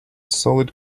solid